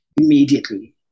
immediately